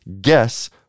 guess